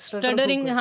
Stuttering